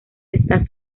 están